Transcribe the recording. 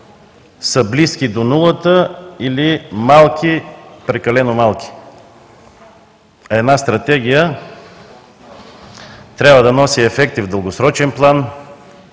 са близки до нулата или малки, прекалено малки. Една стратегия трябва да носи ефекти в дългосрочен план,